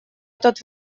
этот